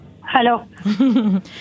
Hello